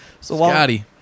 Scotty